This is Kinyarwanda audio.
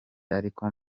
ariko